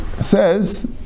says